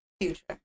Future